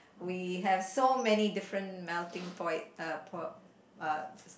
we have so many different melting poi~ uh po~ uh